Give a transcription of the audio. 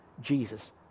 Jesus